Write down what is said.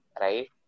Right